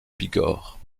bigorre